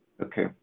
Okay